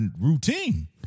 routine